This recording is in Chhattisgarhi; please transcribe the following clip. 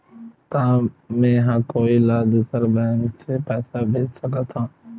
का मेंहा कोई ला दूसर बैंक से पैसा भेज सकथव?